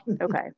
okay